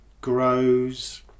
grows